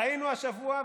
ראינו השבוע,